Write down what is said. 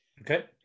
Okay